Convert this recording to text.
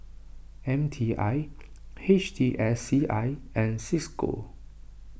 M T I H T S C I and Cisco